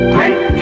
Great